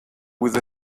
with